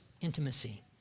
intimacy